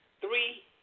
Three